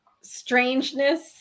strangeness